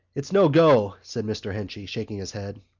it's no go, said mr. henchy, shaking his head.